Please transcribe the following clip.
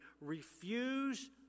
Refuse